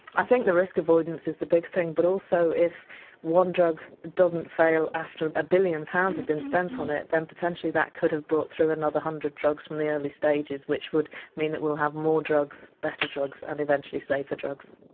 i think risk avoidance is the big thing, but also if one drug doesn't fail after a billion pounds have been spent on it then potentially that could have brought through another hundred drugs from the early stages which would mean that we'll have more drugs, better drugs and eventually safer drugs.